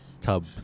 tub